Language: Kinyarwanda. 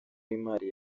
w’imari